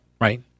Right